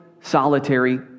solitary